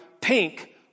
pink